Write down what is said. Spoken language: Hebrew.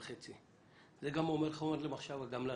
זה חומר למחשבה גם לנו.